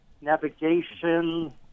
navigation